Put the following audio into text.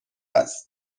است